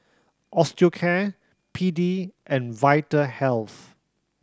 Osteocare P D and Vitahealth